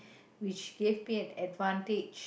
which gave me an advantage